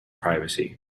privacy